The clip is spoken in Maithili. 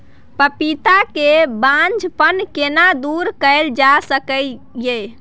पपीता के बांझपन केना दूर कैल जा सकै ये?